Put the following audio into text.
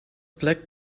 plek